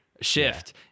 shift